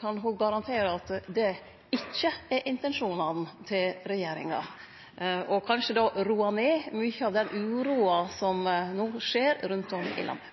Kan ho garantere at det ikkje er intensjonen til regjeringa, og slik kanskje roe ned mykje av den uroa som no er rundt om i landet?